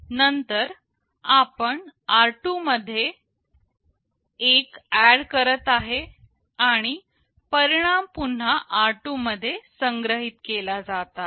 नंतर आपण r2 मध्ये 1 ऍड करत आहे आणि परिणाम पुन्हा r2 मध्ये संग्रहित केला जात आहे